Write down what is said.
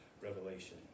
revelation